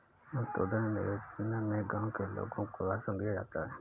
अंत्योदय अन्न योजना में गांव के लोगों को राशन दिया जाता है